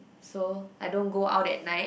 so I don't go out at night